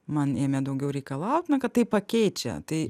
man ėmė daugiau reikalaut na kad tai pakeičia tai